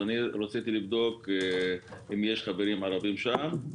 אז אני רציתי לבדוק אם יש חברים ערבים שם,